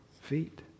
feet